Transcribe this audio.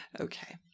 Okay